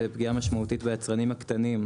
זה פגיעה משמעותית ביצרנים הקטנים,